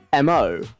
mo